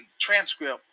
transcript